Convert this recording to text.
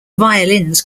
violins